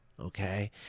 Okay